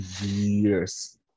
years